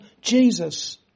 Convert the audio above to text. Jesus